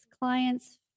clients